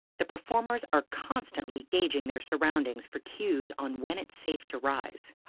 the performers are constantly gauging their surroundings for cues on when it's safe to rise.